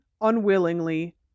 unwillingly